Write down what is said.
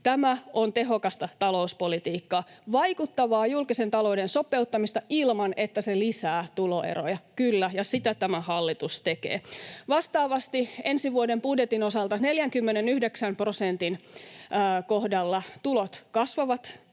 Tämä on tehokasta talouspolitiikkaa, vaikuttavaa julkisen talouden sopeuttamista ilman, että se lisää tuloeroja, kyllä, ja sitä tämä hallitus tekee. Vastaavasti ensi vuoden budjetin osalta 49 prosentin kohdalla tulot kasvavat,